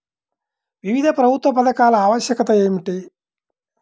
వివిధ ప్రభుత్వా పథకాల ఆవశ్యకత ఏమిటి?